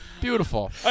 Beautiful